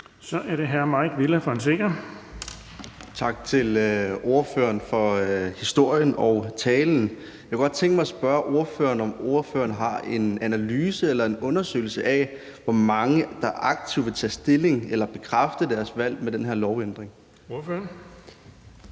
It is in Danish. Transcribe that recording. Kl. 15:40 Mike Villa Fonseca (UFG): Tak til ordføreren for historien og talen. Jeg kunne godt tænke mig at spørge ordføreren, om ordføreren har en analyse eller en undersøgelse af, hvor mange der aktivt vil tage stilling eller bekræfte deres valg med den her lovændring. Kl.